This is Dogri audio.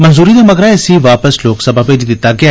मंजूरी दे मगरा इसी वापस लोकसभा च भेजी दित्ता गेआ